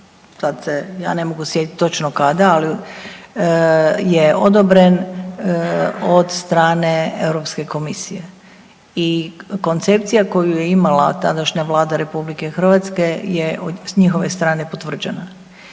ja ne mogu sjetiti točno kada, ali je odobren od strane Europske komisije. I koncepcija koju je imala tadašnja Vlada RH je s njihove strane potvrđena.